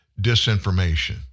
disinformation